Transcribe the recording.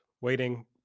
waiting